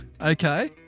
Okay